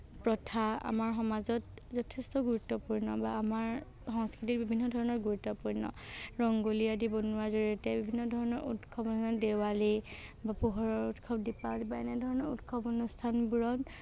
প্ৰথা আমাৰ সমাজত যথেষ্ট গুৰুত্বপূৰ্ণ বা আমাৰ সংস্কৃতিৰ বিভিন্ন ধৰণৰ গুৰুত্বপূৰ্ণ ৰংগোলী আদি বনোৱাৰ জৰিয়তে বিভিন্ন ধৰণৰ উৎসৱ যেনে দেৱালী বা পোহৰৰ উৎসৱ দীপাৱলী বা এনেধৰণৰ উৎসৱ অনুস্থানবোৰত